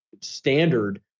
standard